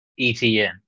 ETN